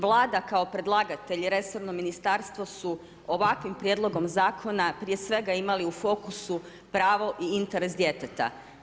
Vlada kao predlagatelj i resorno Ministarstvo su ovakvim prijedlogom Zakona prije svega imali u fokusu pravo i interes djeteta.